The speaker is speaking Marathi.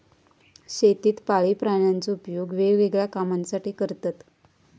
शेतीत पाळीव प्राण्यांचो उपयोग वेगवेगळ्या कामांसाठी करतत